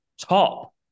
top